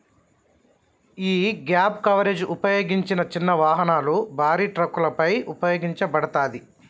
యీ gap coverage ఉపయోగించిన చిన్న వాహనాలు, భారీ ట్రక్కులపై ఉపయోగించబడతాది